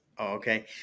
Okay